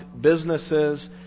businesses